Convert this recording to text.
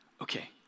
Okay